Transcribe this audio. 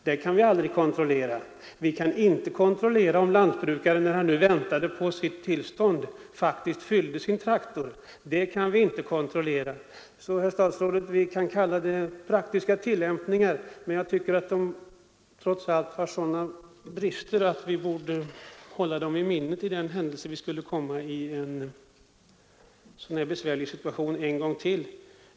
Det kan vi aldrig kontrollera; vi kan inte kontrollera om lantbrukaren när han nu väntade på sitt tillstånd faktiskt fyllde sin traktor under tiden. Vi kan alltså, herr statsråd, tala om praktiska tillämpningar, men jag tycker att de trots allt har sådana brister att vi borde hålla dem i minnet för den händelse vi skulle komma i en sådan här besvärlig situation en gång till.